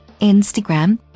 Instagram